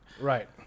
Right